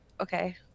Okay